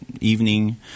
evening